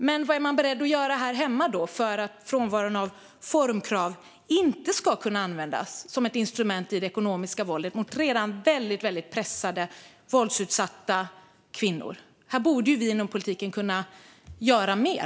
Men vad är man beredd att göra här hemma för att frånvaron av formkrav inte ska kunna användas som ett instrument i det ekonomiska våldet mot redan väldigt pressade våldsutsatta kvinnor? Här borde vi inom politiken kunna göra mer.